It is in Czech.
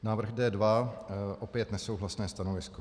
Návrh D2, opět nesouhlasné stanovisko.